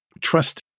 trust